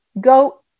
go